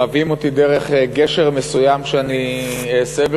מביאים אותי דרך גשר מסוים שאני אעשה,